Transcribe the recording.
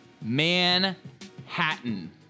Manhattan